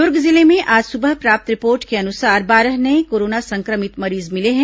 दुर्ग जिले में आज सुबह प्राप्त रिपोर्ट के अनुसार बारह नये कोरोना संक्रमित मरीज मिले हैं